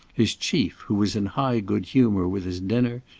his chief who was in high good humour with his dinner,